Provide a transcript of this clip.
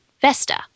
Vesta